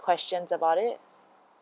questions about it